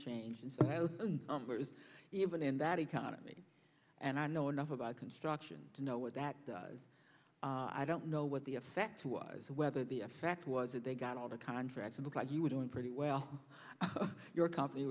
is even in that economy and i know enough about construction to know what that does i don't know what the effect was whether the effect was that they got all the contracts it was like you were doing pretty well your company